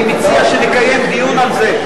אני מציע שנקיים דיון על זה.